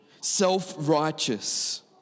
self-righteous